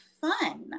fun